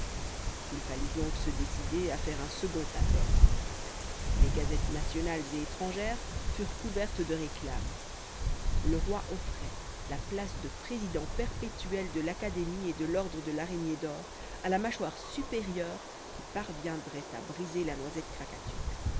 il fallut donc se décider à faire un second appel les gazettes nationales et étrangères furent couvertes de réclames le roi offrait la place de président perpétuel de l'académie et l'ordre de l'araignée d'or à la mâchoire supérieure qui parviendrait à briser la noisette